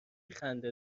خنده